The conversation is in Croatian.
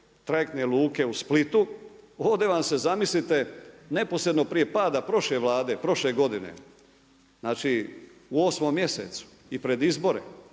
trajektne luke u Splitu, ovdje vam se zamislite neposredno prije pada prošle Vlade, prošle godine u 8. mjesecu i pred izbore,